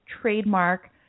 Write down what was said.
trademark